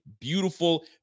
Beautiful